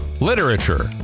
literature